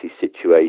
situation